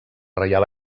reial